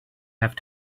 have